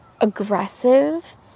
aggressive